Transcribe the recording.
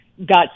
got